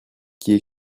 qui